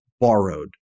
borrowed